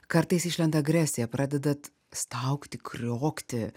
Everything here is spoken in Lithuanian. kartais išlenda agresija pradedat staugti kriokti